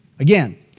Again